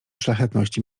szlachetności